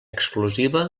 exclusiva